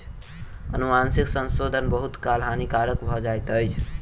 अनुवांशिक संशोधन बहुत काल हानिकारक भ जाइत अछि